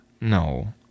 no